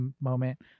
moment